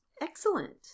Excellent